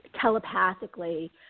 telepathically